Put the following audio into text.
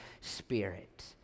Spirit